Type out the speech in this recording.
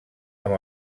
amb